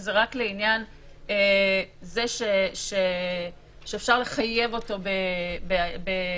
שזה רק לעניין זה שאפשר לחייב אותו במלונית,